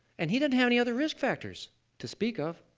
and he didn't have any other risk factors to speak of.